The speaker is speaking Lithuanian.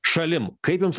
šalim kaip jums